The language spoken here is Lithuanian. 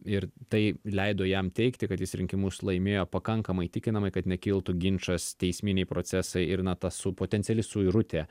ir tai leido jam teigti kad jis rinkimus laimėjo pakankamai įtikinamai kad nekiltų ginčas teisminiai procesai ir na tas su potenciali suirutė